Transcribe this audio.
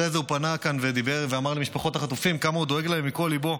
אחרי זה הוא פנה כאן ואמר למשפחות החטופים כמה הוא דואג להן מכל ליבו.